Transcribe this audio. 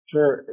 Sure